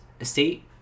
estate